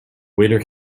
waiter